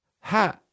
Ha